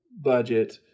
budget